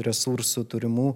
resursų turimų